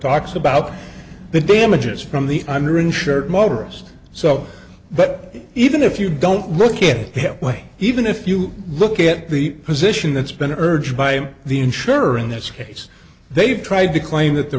talks about the damages from the under insured motorists so but even if you don't look it hit way even if you look at the position that's been urged by the insurer in this case they've tried to claim that the